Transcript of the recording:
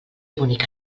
bonica